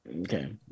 Okay